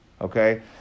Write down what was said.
Okay